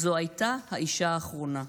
/ זאת הייתה האישה האחרונה.